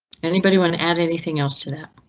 anybody want to add anything else to that?